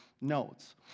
notes